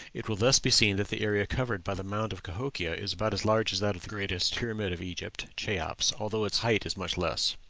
it will thus be seen that the area covered by the mound of cahokia is about as large as that of the greatest pyramid of egypt, cheops, although its height is much less.